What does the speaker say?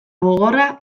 gogorra